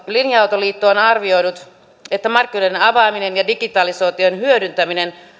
linja autoliitto on arvioinut että markkinoiden avaaminen ja digitalisaation hyödyntäminen